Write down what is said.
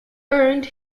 earned